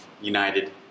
united